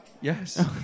Yes